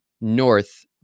North